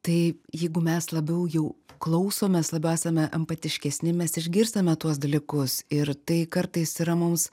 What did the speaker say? tai jeigu mes labiau jau klausomės labiau esame empatiškesni mes išgirstame tuos dalykus ir tai kartais yra mums